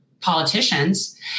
politicians